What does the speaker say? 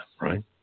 right